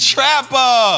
Trapper